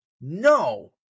No